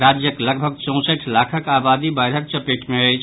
राज्यक लगभग चौंसठ लाखक आबादी बाढ़िक चपेट मे अछि